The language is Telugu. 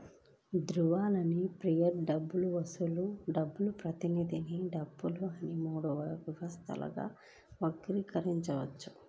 ద్రవ్యాన్ని ఫియట్ డబ్బు, వస్తువుల డబ్బు, ప్రతినిధి డబ్బు అని మూడు వ్యవస్థలుగా వర్గీకరించవచ్చు